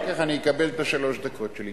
ואחר כך אני אקבל את שלוש הדקות שלי,